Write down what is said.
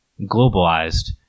globalized